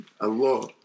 Allah